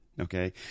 Okay